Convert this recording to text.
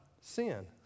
sin